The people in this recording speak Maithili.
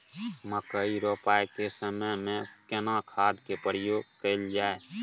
मकई रोपाई के समय में केना खाद के प्रयोग कैल जाय?